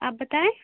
آپ بتائیں